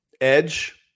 Edge